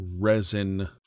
resin